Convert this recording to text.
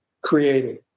created